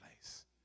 place